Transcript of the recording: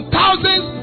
thousands